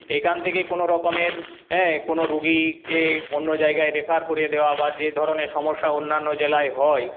এখান থেকে কোনোরকমের কোনো রুগিকে কোনো অন্য জায়গায় রেফার করে দেওয়া বা যে ধরণের সমস্যা অন্যান্য জেলায় হয়